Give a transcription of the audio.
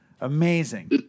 Amazing